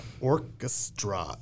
Orchestra